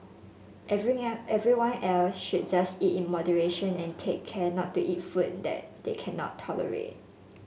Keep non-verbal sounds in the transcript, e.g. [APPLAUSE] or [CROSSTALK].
[UNINTELLIGIBLE] everyone else should just eat in moderation and take care not to eat food that they cannot tolerate